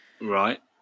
right